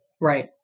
Right